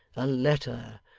a letter,